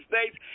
States